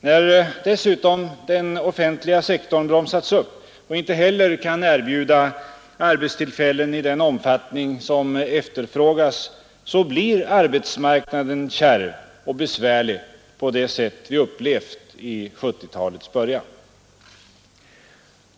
När dessutom den offentliga sektorn bromsats upp och inte heller kan erbjuda arbetstillfällen i den omfattning som efterfrågas blir arbetsmarknaden kärv och besvärlig på det sätt som vi upplevt i 1970-talets början.